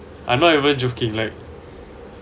I'm not even joking like